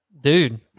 dude